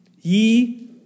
Ye